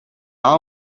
our